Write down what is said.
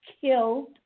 killed